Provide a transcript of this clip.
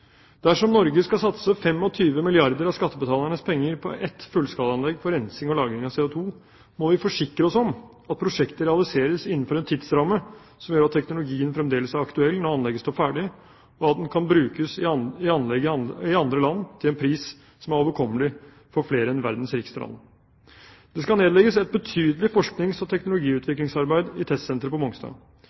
Dersom Norge skal satse 25 milliarder kr av skattebetalernes penger på ett fullskalaanlegg for rensing og lagring av CO2, må vi forsikre oss om at prosjektet realiseres innenfor en tidsramme som gjør at teknologien fremdeles er aktuell når anlegget står ferdig, og at den kan brukes i anlegg i andre land til en pris som er overkommelig for flere enn verdens rikeste land. Det skal nedlegges et betydelig forsknings- og teknologiutviklingsarbeid i testsenteret på Mongstad.